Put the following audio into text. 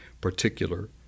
particular